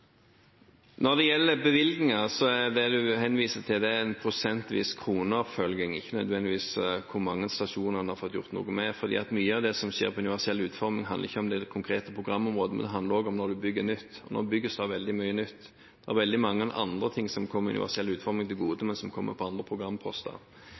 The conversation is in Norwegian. Når det gjelder bevilgninger, er det representanten henviser til, en prosentvis kroneoppfølging, ikke nødvendigvis hvor mange stasjoner en har fått gjort noe med, fordi mye av det som skjer innenfor universell utforming, handler ikke om det konkrete programområdet, men det handler om når en bygger nytt. Og nå bygges det veldig mye nytt. Det er veldig mange andre ting som kommer universell utforming til gode,